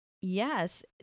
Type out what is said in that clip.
Yes